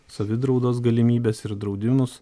savidraudos galimybes ir draudimus